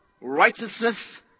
righteousness